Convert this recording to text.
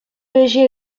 ӗҫе